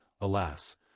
alas